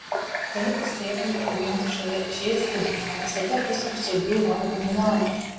palikus sėklai auginti šalia žiedstiebių visada bus ir sodrių valgomų lapų